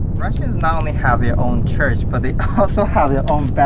russian not only have their own church but also have their own